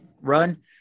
run